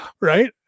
right